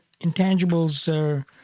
intangibles